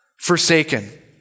Forsaken